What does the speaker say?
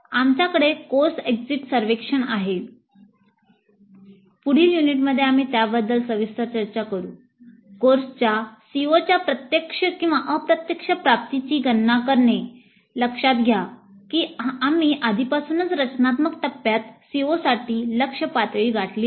आमच्याकडे course exit सर्वेक्षण कोर्सच्या COच्या प्रत्यक्ष किंवा अप्रत्यक्ष प्राप्तीची गणना करणे लक्षात घ्या की आम्ही आधीपासूनच रचनात्मक टप्प्यात COसाठी लक्ष्य पातळी गाठली आहे